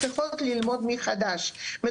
שבוע הבא בהתאם להחלטת הממשלה,